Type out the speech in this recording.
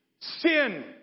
Sin